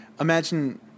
imagine